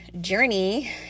journey